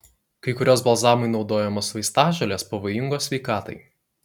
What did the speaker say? kai kurios balzamui naudojamos vaistažolės pavojingos sveikatai